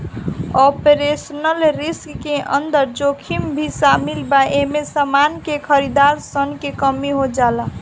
operational risk के अंदर जोखिम भी शामिल बा एमे समान के खरीदार सन के कमी हो जाला